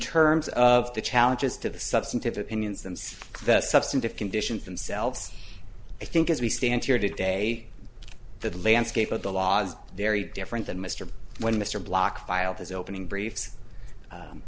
terms of the challenges to the substantive opinions and the substantive conditions themselves i think as we stand here today that the landscape of the laws very different than mr when mr block filed his opening brief